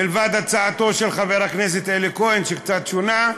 מלבד הצעתו של חבר הכנסת אלי כהן שהיא קצת שונה,